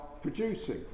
producing